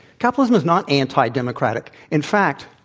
capitalism is not ant-democratic. in fact,